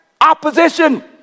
opposition